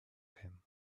them